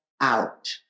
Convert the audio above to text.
out